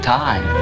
time